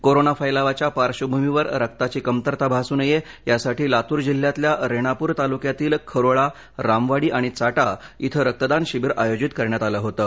corona फैलावाच्या पार्धभूमीवर रक्ताची कमतरता भासू नये यासाठी लातूर जिल्ह्यातल्या रेणापूर तालुक्यातील खरोळा रामवाडी आणि चाटा इथं रक्तदान शिबीर आयोजित करण्यात आलं होतं